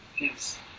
yes